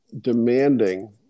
demanding